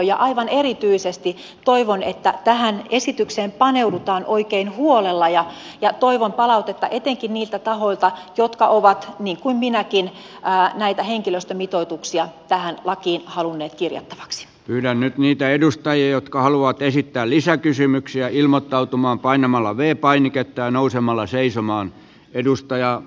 ja aivan erityisesti toivon että tähän esitykseen paneudutaan oikein huolella ja toivon palautetta etenkin niiltä tahoilta jotka ovat niin kuin minäkin näitä henkilöstömitoituksia tähän lakiin halunneet kirjattavaksi hylännyt niitä edustajia jotka halua esittää lisäkysymyksiä ilmottautumaan painamalla vei painiketta nousemalla seisomaan edustaja